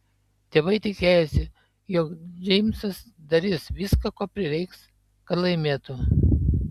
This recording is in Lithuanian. tėvai tikėjosi jog džeimsas darys viską ko prireiks kad laimėtų